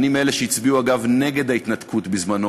אני, אגב, מאלה שהצביעו נגד ההתנתקות מעזה.